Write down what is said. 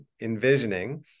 envisioning